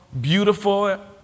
Beautiful